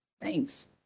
Thanks